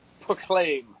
proclaim